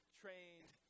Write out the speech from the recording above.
trained